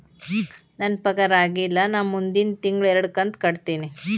ನನ್ನ ಪಗಾರ ಆಗಿಲ್ಲ ನಾ ಮುಂದಿನ ತಿಂಗಳ ಎರಡು ಕಂತ್ ಕಟ್ಟತೇನಿ